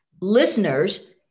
listeners